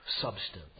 substance